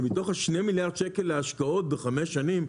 שמתוך שני מיליארד שקל להשקעות בחמש שנים,